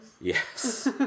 Yes